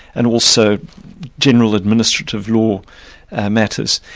and also general administrative law matters.